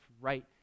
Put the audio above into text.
right